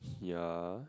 yeah